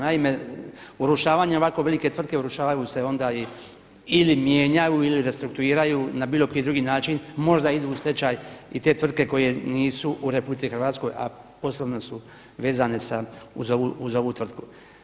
Naime, urušavanjem ovako velike tvrtke urušavaju se onda i/ili mijenjaju ili restruktuiraju na bilo koji drugi način, možda idu u stečaj i te tvrtke koje nisu u RH a poslovno su vezane uz ovu tvrtku.